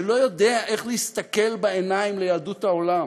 שלא יודע איך להסתכל בעיניים ליהדות העולם,